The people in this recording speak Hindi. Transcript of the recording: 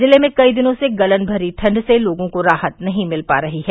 जिले में कई दिनों से गलन भरी ठण्ड से लोगों को राहत नहीं मिल पा रही है